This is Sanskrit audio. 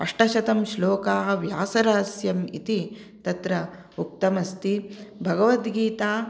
अष्टशतं श्लोकाः व्यासरहस्यम् इति तत्र उक्तम् अस्ति भगवद्गीता